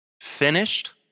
finished